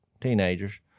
teenagers